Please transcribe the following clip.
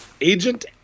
Agent